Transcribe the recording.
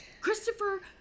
Christopher